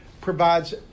provides